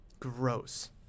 gross